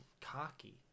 cocky